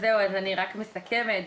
אז אני רק מסכמת,